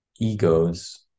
egos